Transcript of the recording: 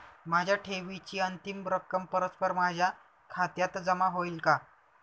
माझ्या ठेवीची अंतिम रक्कम परस्पर माझ्या खात्यात जमा होईल का?